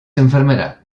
enfermera